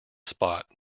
spot